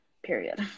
Period